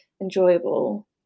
enjoyable